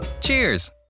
Cheers